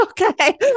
Okay